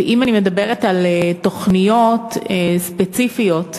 ואם אני מדברת על תוכניות ספציפיות שהמשרד,